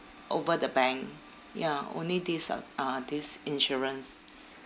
over the bank ya only this uh uh this insurance